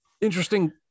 interesting